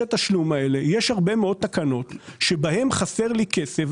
התשלום האלה יש הרבה מאוד תקנות שבהן חסר לי כסף,